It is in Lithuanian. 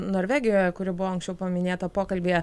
norvegijoje kuri buvo anksčiau paminėta pokalbyje